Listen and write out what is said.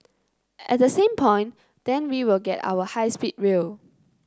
at the same point then we will get our high speed rail